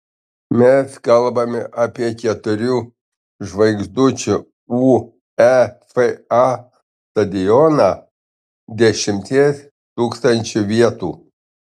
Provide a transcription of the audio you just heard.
mes kalbame apie keturių žvaigždučių uefa stadioną dešimties tūkstančių vietų